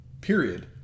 Period